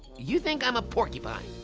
you think i'm a porcupine?